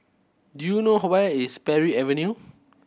do you know where is Parry Avenue